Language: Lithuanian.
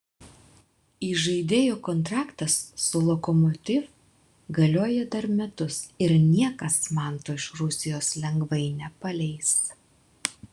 įžaidėjo kontraktas su lokomotiv galioja dar metus ir niekas manto iš rusijos lengvai nepaleis